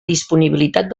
disponibilitat